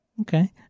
Okay